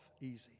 easy